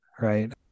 Right